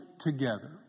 together